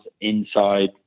inside